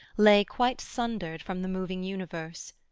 lay quite sundered from the moving universe,